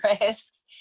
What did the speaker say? risks